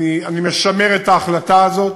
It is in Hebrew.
אני משמר את ההחלטה הזאת.